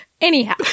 Anyhow